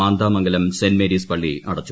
Mandamangalam saint Mary's പള്ളി അടച്ചു